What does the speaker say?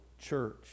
church